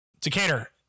Decatur